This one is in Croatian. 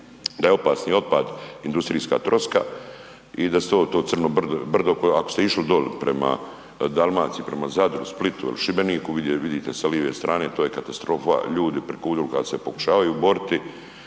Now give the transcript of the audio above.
da je opasni otpad industrijska troska i da se to, to crno brdo, ako ste išli doli prema Dalmaciji, prema Zadru, Splitu il Šibeniku vidite sa live strane to je katastrofa, ljudi preko unuka se pokušavaju boriti.